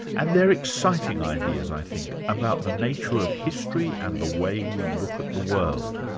and they're exciting ideas i think, about the nature of history and the way we look at the world.